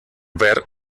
ver